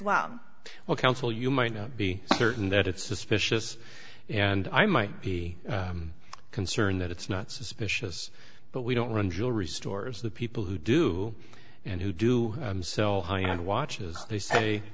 well well counsel you might not be certain that it's suspicious and i might be concerned that it's not suspicious but we don't run jewelry stores the people who do and who do so i have to watch as they say